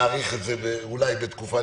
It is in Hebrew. נאריך את זה לתקופה מסוימת.